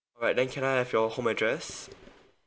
right then can I have your home address